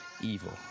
evil